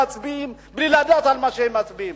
מצביעים בלי לדעת על מה הם מצביעים.